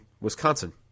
Wisconsin